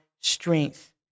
strength